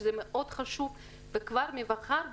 שזה מאוד חשוב כבר ממחר,